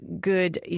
good